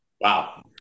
wow